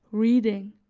reading